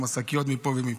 עם השקיות מפה ומפה.